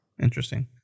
Interesting